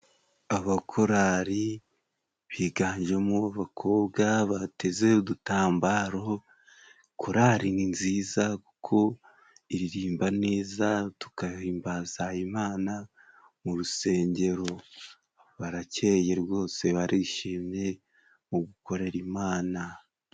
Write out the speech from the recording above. Abakorari biganjemo b' abakobwa bateze udutambaro,. korari ni nziza kuko iririmba neza tugahimbaza Imana mu rusengero, barakeyeye rwose barishimye mu gukorera Imana.